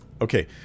Okay